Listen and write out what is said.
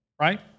right